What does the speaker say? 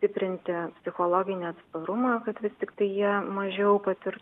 stiprinti psichologinį atsparumą kad vis tiktai jie mažiau patirtų